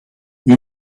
you